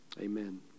Amen